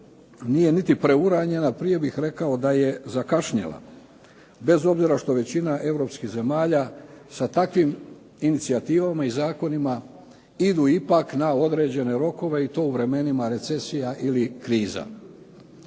nije niti preuranjena. Prije bih rekao da je zakašnjela, bez obzira što većina europskih zemalja sa takvim inicijativama i zakonima idu ipak na određene rokove i to u vremenima recesija ili kriza.